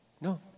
No